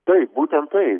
taip būtent tai